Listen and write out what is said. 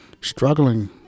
struggling